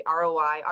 ROI